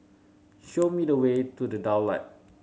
show me the way to The Daulat